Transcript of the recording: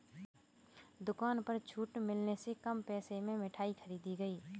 दुकान पर छूट मिलने से कम पैसे में मिठाई खरीदी गई